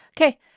Okay